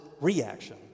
reaction